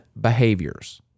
behaviors